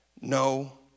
no